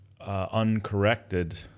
uncorrected